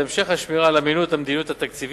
והמשך השמירה על אמינות המדיניות התקציבית,